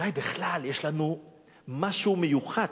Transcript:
אולי בכלל יש לנו משהו מיוחד